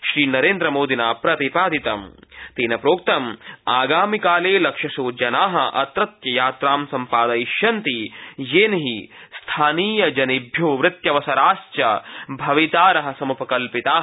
श्रीमोदिना अत्र स्पष्टीकृतं यत् आगामिकाले लक्षशो जना अत्रत्य यात्रां सम्पादयिष्यन्ति येन हि स्थानीयजनेभ्यो वृत्यवसराश्च भवितार समुपकल्पिता